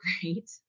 great